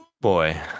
Boy